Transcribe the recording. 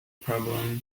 problem